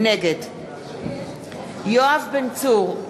נגד יואב בן צור,